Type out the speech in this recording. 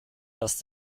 dass